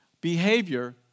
behavior